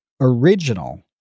original